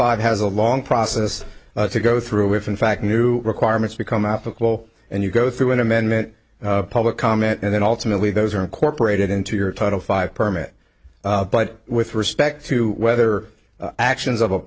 five has a long process to go through if in fact new requirements become applicable and you go through an amendment public comment and then ultimately those are incorporated into your title five permit but with respect to whether actions of a